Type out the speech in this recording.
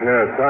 Yes